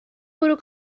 bwrw